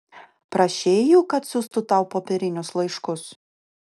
prašei jų kad siųstų tau popierinius laiškus